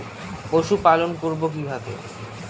পশুপালন করব কিভাবে?